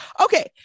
Okay